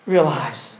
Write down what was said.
Realize